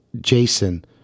Jason